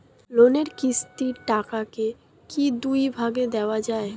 লোনের কিস্তির টাকাকে কি দুই ভাগে দেওয়া যায়?